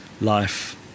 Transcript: life